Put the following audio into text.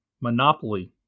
monopoly